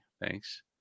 thanks